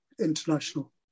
international